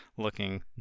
looking